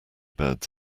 birds